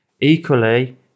equally